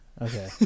Okay